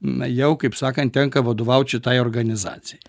na jau kaip sakant tenka vadovaut šitai organizacijai